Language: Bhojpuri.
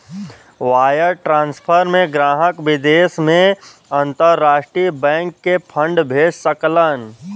वायर ट्रांसफर में ग्राहक विदेश में अंतरराष्ट्रीय बैंक के फंड भेज सकलन